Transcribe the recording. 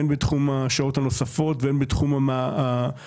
הן בתחום השעות הנוספות והן בתחום הכוננויות,